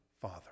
father